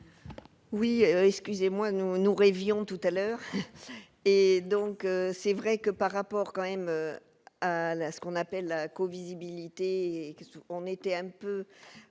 Oui, excusez-moi, nous nous réveillons tout à l'heure, et donc c'est vrai que par rapport quand même à ce qu'on appelle la co-visibilité, on était un peu